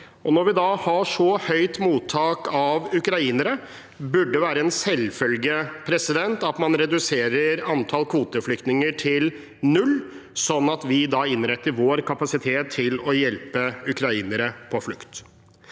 Når vi har så høyt mottak av ukrainere, burde det være en selvfølge at vi reduserer antallet kvoteflyktninger til null, sånn at vi innretter vår kapasitet til å hjelpe ukrainere på flukt.